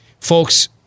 Folks